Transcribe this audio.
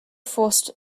forced